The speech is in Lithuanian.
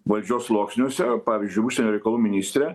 valdžios sluoksniuose pavyzdžiui užsienio reikalų ministrė